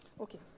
Okay